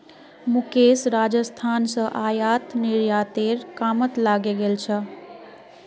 मुकेश राजस्थान स आयात निर्यातेर कामत लगे गेल छ